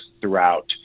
throughout